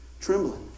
Trembling